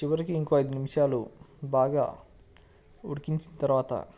చివరికి ఇంకో ఐదు నిమిషాలు బాగా ఉడికించిన తర్వాత